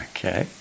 Okay